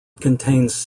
contains